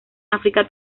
áfrica